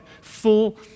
full